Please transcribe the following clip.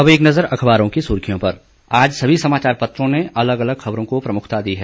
अब एक नजर अखबारों की सुर्खियों पर आज सभी समाचार पत्रों ने अलग अलग खबरों को प्रमुखता दी है